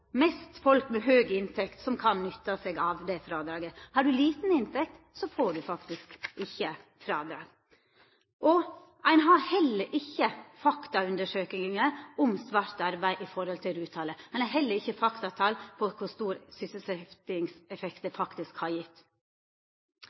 Har du lita inntekt, får du faktisk ikkje frådrag. Ein har heller ikkje faktaundersøkingar om svart arbeid i forhold til RUT-frådraget. Ein har heller ikkje faktatal på kor stor sysselsetjingseffekt det